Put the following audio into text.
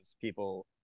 people